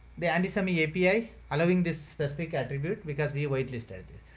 the antisamy api allowing this specific attribute because we white-listed,